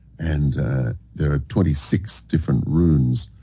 and there are twenty six different runes.